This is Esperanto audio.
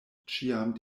ĉiam